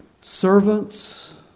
Servants